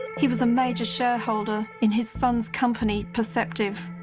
he was a major shareholder in his son's company, perceptive.